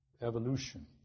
Evolution